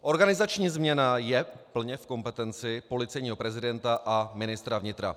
Organizační změna je plně v kompetenci policejního prezidenta a ministra vnitra.